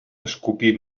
escopir